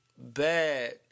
bad